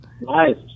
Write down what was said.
Nice